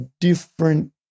different